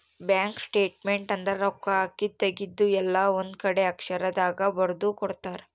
bank statement ಅಂದ್ರ ರೊಕ್ಕ ಹಾಕಿದ್ದು ತೆಗ್ದಿದ್ದು ಎಲ್ಲ ಒಂದ್ ಕಡೆ ಅಕ್ಷರ ದಾಗ ಬರ್ದು ಕೊಡ್ತಾರ